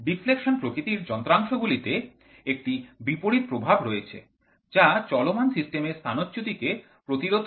deflection প্রকৃতির যন্ত্রাংশগুলি তে একটি বিপরীত প্রভাব রয়েছে যা চলমান সিস্টেমের স্থানচ্যূতিকে প্রতিরোধ করে